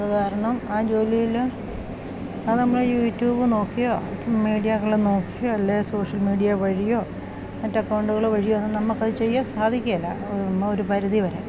അത് കാരണം ആ ജോലിയിൽ അത് നമ്മൾ യൂട്യൂബ് നോക്കിയോ മീഡിയാകൾ നോക്കിയോ അല്ലേ സോഷ്യൽ മീഡിയ വഴിയോ മറ്റ് അക്കൗണ്ടുകൾ വഴിയോ ഒന്നും നമുക്ക് അത് ചെയ്യാൻ സാധിക്കേല ഒരു പരിധി വരെ